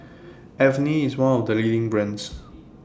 Avene IS one of The leading brands